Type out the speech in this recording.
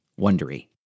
wondery